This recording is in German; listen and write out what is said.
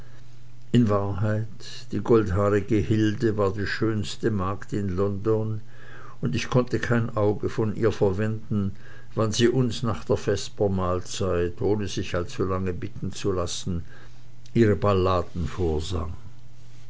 in wahrheit die goldhaarige hilde war die schönste magd in london und ich konnte kein auge von ihr verwenden wann sie uns nach der vespermahlzeit ohne sich allzu lange bitten zu lassen ihre balladen